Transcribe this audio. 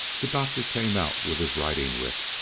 the doctor came out with his riding-whip.